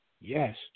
Yes